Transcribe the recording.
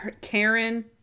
Karen